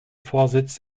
vorsitz